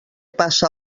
passa